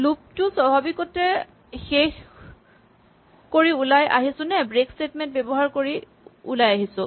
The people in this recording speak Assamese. লুপ টো স্বাভাৱিকতে শেষ কৰি ওলাই আহিছো নে ব্ৰেক স্টেটমেন্ট ব্যৱহাৰ কৰি ওলাই আহিছো